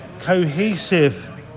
cohesive